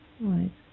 Right